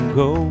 go